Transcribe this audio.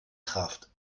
kraft